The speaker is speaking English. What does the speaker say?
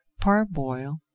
parboil